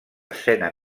escena